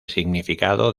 significado